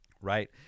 Right